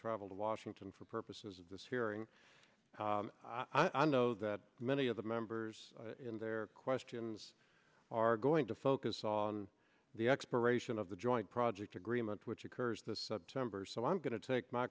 travel to washington for purposes of this hearing i know that many of the members and their questions are going to focus on the expiration of the joint project agreement which occurs this september so i'm going to take my